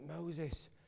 Moses